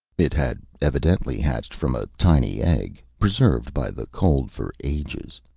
it had evidently hatched from a tiny egg, preserved by the cold for ages.